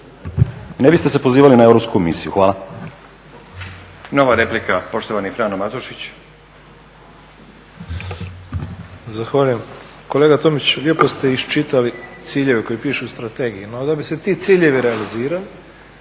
ne biste se pozivali na Europsku komisiju. Hvala.